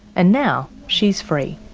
and now she's free.